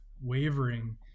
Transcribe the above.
wavering